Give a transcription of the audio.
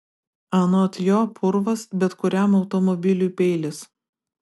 anot jo purvas bet kuriam automobiliui peilis